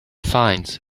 finds